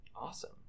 awesome